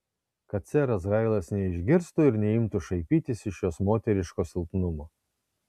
kad seras hailas neišgirstų ir neimtų šaipytis iš jos moteriško silpnumo